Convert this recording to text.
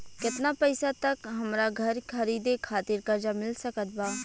केतना पईसा तक हमरा घर खरीदे खातिर कर्जा मिल सकत बा?